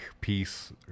piece